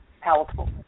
Palatable